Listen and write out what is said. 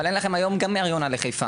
אבל אין לכם היום גם מהר יונה לחיפה.